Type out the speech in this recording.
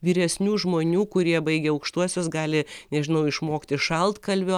vyresnių žmonių kurie baigę aukštuosius gali nežinau išmokti šaltkalvio